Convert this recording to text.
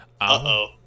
Uh-oh